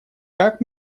как